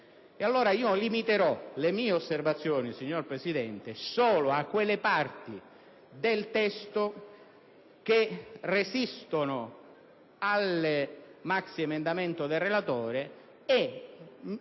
Limiterò pertanto le mie osservazioni, signor Presidente, a quelle parti del testo che resistono al maxiemendamento del relatore e,